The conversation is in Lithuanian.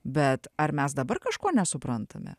bet ar mes dabar kažko nesuprantame